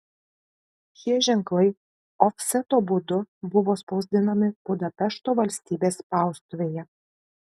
šie ženklai ofseto būdu buvo spausdinami budapešto valstybės spaustuvėje